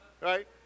Right